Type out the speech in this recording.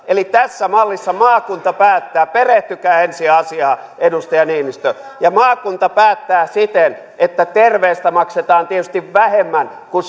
eli tässä mallissa maakunta päättää perehtykää ensin asiaan edustaja niinistö ja maakunta päättää siten että terveistä maksetaan tietysti vähemmän kuin